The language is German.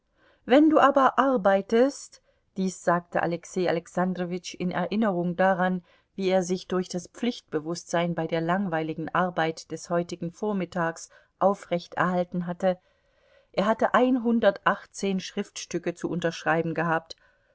wenn du aber arbeitest dies sagte alexei alexandrowitsch in erinnerung daran wie er sich durch das pflichtbewußtsein bei der langweiligen arbeit des heutigen vormittags aufrechterhalten hatte er hatte einhundertundachtzehn schriftstücke zu unterschreiben gehabt